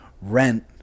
rent